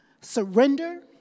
surrender